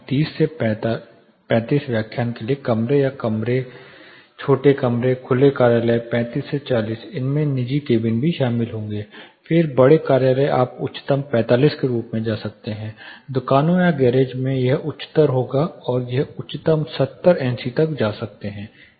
30 से 35 व्याख्यान के लिए कमरे या कमरे छोटे खुले कार्यालय 35 से 40 इसमें निजी केबिन भी शामिल होंगे फिर बड़े कार्यालय आप उच्चतम 45 के रूप में जा सकते हैं दुकानों या गैरेज में यह उच्चतर होगा और यह उच्चतम 70 एनसी जा सकते हैं